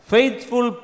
Faithful